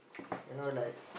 you know like